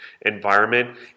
environment